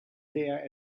there